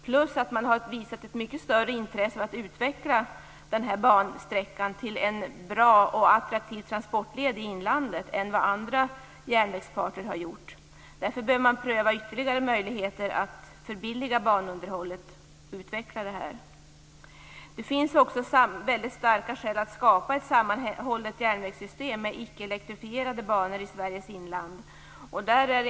Dessutom har man visat ett mycket större intresse för att utveckla den här bansträckan till en bra och attraktiv transportled i inlandet än vad andra järnvägsparter har gjort. Därför behöver man pröva ytterligare möjligheter att förbilliga banunderhållet och utveckla detta. Det finns också mycket starka skäl att skapa ett sammanhållet järnvägssystem med icke-elektrifierade banor i Sveriges inland.